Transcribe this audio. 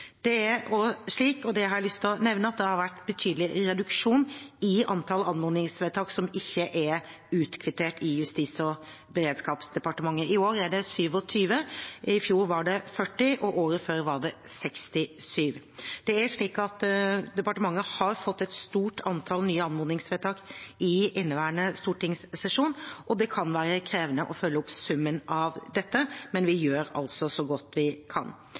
Det er også slik, og det har jeg lyst til å nevne, at det har vært en betydelig reduksjon i antall anmodningsvedtak som ikke er utkvittert, i Justis- og beredskapsdepartementet. I år er det 27, i fjor var det 40, og året før var det 67. Departementet har fått et stort antall nye anmodningsvedtak i inneværende stortingssesjon, og det kan være krevende å følge opp summen av dette, men vi gjør altså så godt vi kan.